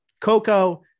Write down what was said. Coco